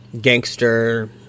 gangster